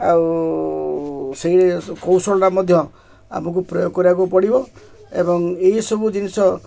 ଆଉ ସେଇ କୌଶଳଟା ମଧ୍ୟ ଆମକୁ ପ୍ରୟୋଗ କରିବାକୁ ପଡ଼ିବ ଏବଂ ଏଇସବୁ ଜିନିଷ